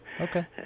Okay